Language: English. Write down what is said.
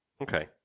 Okay